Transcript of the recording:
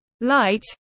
Light